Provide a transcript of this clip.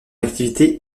activité